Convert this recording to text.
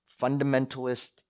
fundamentalist